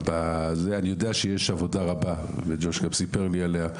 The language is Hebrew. אני יודע שישנה עבודה רבה וג'וש כבר סיפר לי עליה,